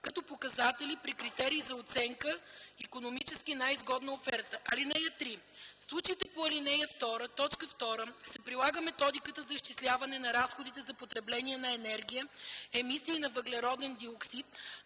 като показатели при критерий за оценка „икономически най-изгодната оферта”. (3) В случаите по ал. 2, т. 2 се прилага методика за изчисляване на разходите за потребление на енергия, емисии на въглероден диоксид,